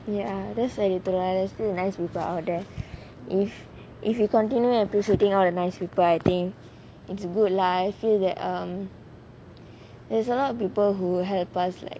ya that's a nice people out there if if you continue appreciating all the nice people I think it's good lah I feel that um there's a lot of people who help us like